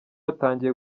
yatangiye